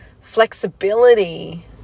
flexibility